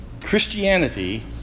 Christianity